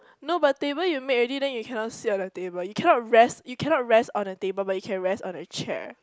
no but table you make ready then you cannot sit on the table you cannot rest you cannot rest on a table but you can rest on a chair